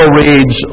reads